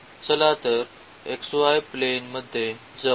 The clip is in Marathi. चला तर xy प्लेन मध्ये जाऊ